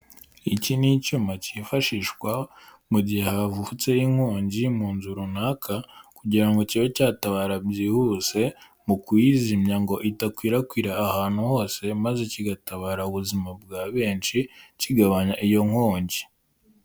Iki ni icyuma cyifashishwa mu gihe havutse inkongi mu nzu runaka kugira ngo kibe cyatabara byihuse mu kuyizimya ngo idakwirakwira ahantu hose maze kigatabara ubuzima bwa benshi kigabanya iyo nkongi.